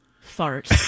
fart